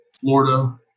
Florida